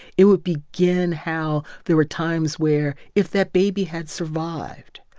it would begin how there were times where if that baby had survived,